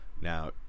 Now